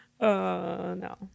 no